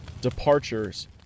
departures